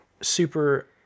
super